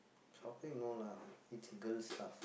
shopping no lah it's girl stuff